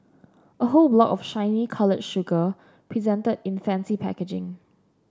a whole block of shiny coloured sugar presented in fancy packaging